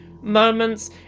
moments